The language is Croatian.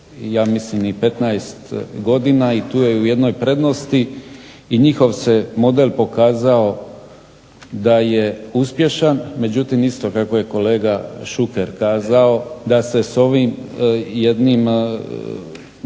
ja mislim 15 godina i tu je u jednoj prednosti i njihov se model pokazao da je uspješan. Međutim, isto kako je kolega Šuker kazao da se s ovim jednim